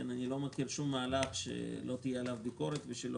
אני לא מכיר שום מהלך שלא תהיה עליו ביקורת ושלא